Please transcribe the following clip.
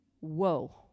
Whoa